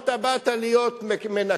או שבאת להיות מנקה?